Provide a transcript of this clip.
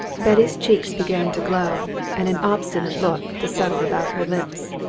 betty's cheeks began to glow, and an obstinate look to settle about her lips.